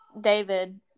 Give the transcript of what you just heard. David